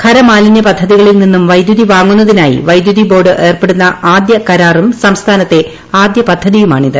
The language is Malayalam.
ഖരമാലിനൃപദ്ധതികളിൽ നിന്നും വൈദ്യുതി വാങ്ങുന്നതിനായി വൈദ്യുതി ബോർഡ് ഏർപ്പെടുന്ന ആദ്യ കരാറും സംസ്ഥാനത്തെ ആദ്യപദ്ധതിയുമാണിത്